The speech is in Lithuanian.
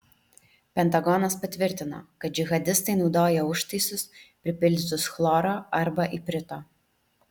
pentagonas patvirtino kad džihadistai naudoja užtaisus pripildytus chloro arba iprito